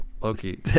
Loki